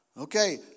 Okay